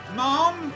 mom